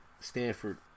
Stanford